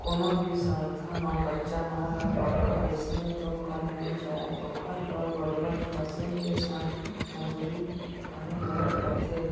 कोनो भी संस्था म कच्चा माल ह पक्का अइसने तो बन नइ जाय ओखर बर बरोबर मसीन के संग मजदूरी पानी घलोक लगथे